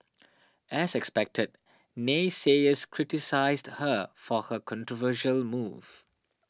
as expected naysayers criticised her for her controversial move